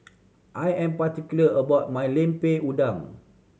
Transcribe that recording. I am particular about my Lemper Udang